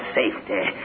safety